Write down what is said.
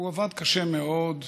הוא עבד קשה מאוד,